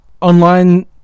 online